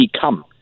come